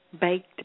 baked